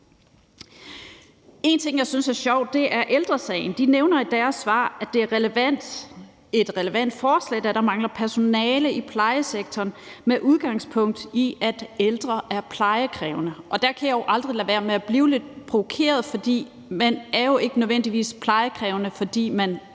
En ting, jeg synes er sjovt, er Ældre Sagen, der i deres svar nævner, at det er et relevant forslag, da der mangler personale i plejesektoren, med udgangspunkt i at ældre er plejekrævende. Der kan jeg jo aldrig lade være med at blive lidt provokeret, for man er jo ikke nødvendigvis plejekrævende, fordi man er